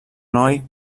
noi